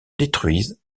détruisent